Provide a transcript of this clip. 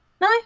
No